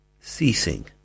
ceasing